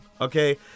Okay